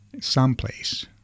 someplace